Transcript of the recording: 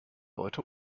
leute